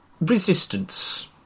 resistance